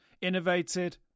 Innovated